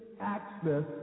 access